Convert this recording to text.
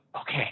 okay